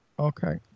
Okay